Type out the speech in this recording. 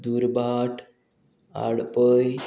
दुर्भाट आडपय